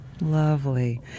Lovely